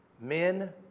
Men